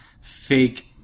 fake